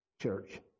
church